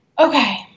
Okay